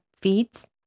feeds